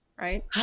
Right